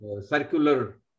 circular